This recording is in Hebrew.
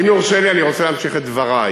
אם יורשה לי, אני רוצה להמשיך את דברי.